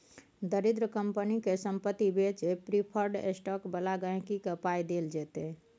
दरिद्र कंपनी केर संपत्ति बेचि प्रिफर्ड स्टॉक बला गांहिकी केँ पाइ देल जेतै